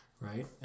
right